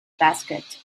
basket